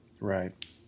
Right